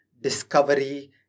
discovery